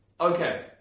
Okay